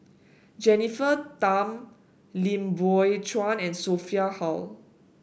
Jennifer Tham Lim Biow Chuan and Sophia Hull